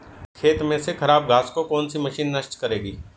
खेत में से खराब घास को कौन सी मशीन नष्ट करेगी?